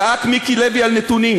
צעק מיקי לוי על נתונים.